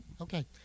Okay